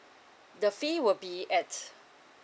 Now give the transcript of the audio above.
the fee will be at